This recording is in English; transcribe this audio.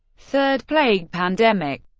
third plague pandemic